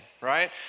right